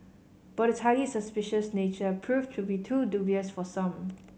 but its highly suspicious nature proved to be too dubious for some